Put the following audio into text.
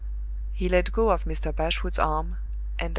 he let go of mr. bashwood's arm,